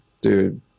dude